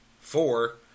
Four